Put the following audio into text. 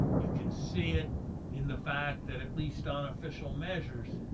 you can see it in the fact that at least on official measures,